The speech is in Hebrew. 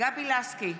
גבי לסקי,